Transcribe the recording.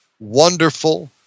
wonderful